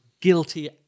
guilty